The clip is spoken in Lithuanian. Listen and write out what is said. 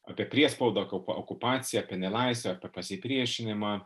apie priespaudą oku okupaciją apie nelaisvę apie pasipriešinimą